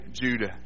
Judah